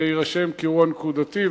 זה יירשם כאירוע נקודתי.